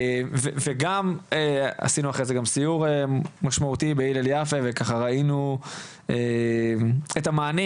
וגם עשינו אחרי זה סיור משמעותי בהלל יפה וראינו את המענים,